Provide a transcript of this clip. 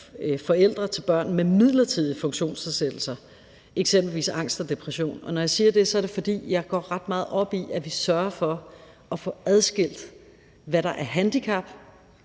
forældre til børn med midlertidige funktionsnedsættelser, eksempelvis angst og depression. Når jeg siger det, er det, fordi jeg går ret meget op i, at vi sørger for at få adskilt, hvad der er handicap,